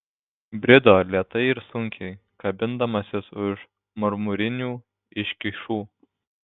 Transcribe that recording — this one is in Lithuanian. brido lėtai ir sunkiai kabindamasis už marmurinių iškyšų